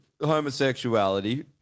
homosexuality